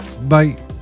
Bye